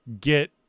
get